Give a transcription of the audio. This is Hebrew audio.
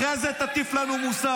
אחרי זה תטיף לנו מוסר.